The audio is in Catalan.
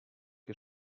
que